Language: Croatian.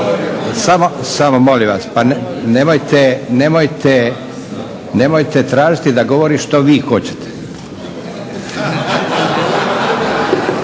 Samo, molim vas. Pa nemojte tražiti da govori što vi hoćete.